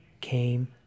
came